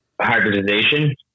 hybridization